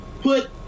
put